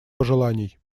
пожеланий